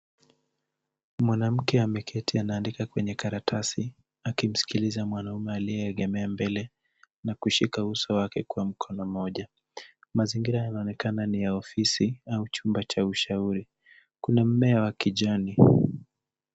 Mwanamke ameketi anaandika kwenye karatasi akimsikiliza mwanaume aliyeegemea mbele na kushika uso wake kwa mkono moja. Mazingira yanaonekana ni ya ofisi au chumba cha ushauri. Kuna mmea wa kijani.